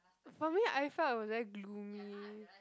probably I felt I was very gloomy